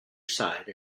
side